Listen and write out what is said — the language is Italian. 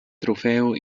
trofeo